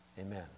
Amen